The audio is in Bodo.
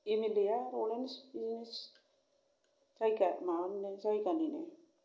एमएलए आ लरेनस बिदिनो जायगा जायगानिनो